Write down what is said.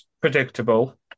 predictable